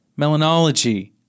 melanology